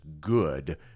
good